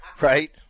Right